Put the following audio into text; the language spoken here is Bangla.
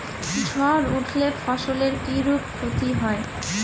ঝড় উঠলে ফসলের কিরূপ ক্ষতি হয়?